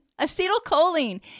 Acetylcholine